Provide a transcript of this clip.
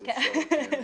המוצע.